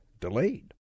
delayed